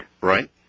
Right